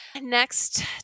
Next